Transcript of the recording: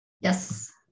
Yes